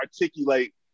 articulate